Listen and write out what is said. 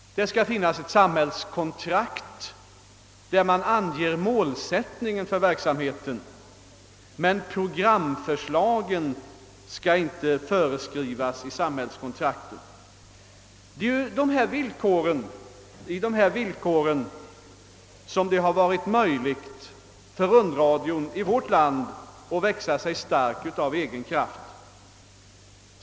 Det skall finnas ett samhällskontrakt där målsättningen för verksamheten anges, men programförslagen skall inte föreskrivas i ett sådant samhällskontrakt. Det är också tack vare dessa villkor som det varit möjligt för rundradion i vårt land att växa sig stark av egen kraft.